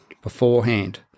beforehand